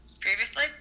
previously